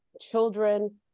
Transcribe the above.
children